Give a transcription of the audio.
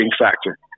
factor